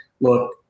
look